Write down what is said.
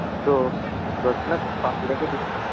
ꯑꯗꯣ ꯕ꯭ꯔꯗꯔꯅ ꯄꯥꯝꯕꯤꯔꯒꯗꯤ